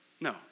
No